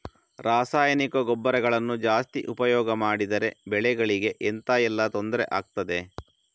ರಾಸಾಯನಿಕ ಗೊಬ್ಬರಗಳನ್ನು ಜಾಸ್ತಿ ಉಪಯೋಗ ಮಾಡಿದರೆ ಬೆಳೆಗಳಿಗೆ ಎಂತ ಎಲ್ಲಾ ತೊಂದ್ರೆ ಆಗ್ತದೆ?